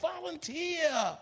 volunteer